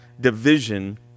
division